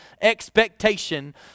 expectation